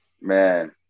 Man